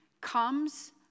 comes